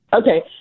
Okay